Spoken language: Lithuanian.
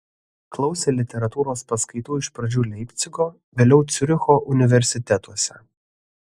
klausė literatūros paskaitų iš pradžių leipcigo vėliau ciuricho universitetuose